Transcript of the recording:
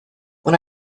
when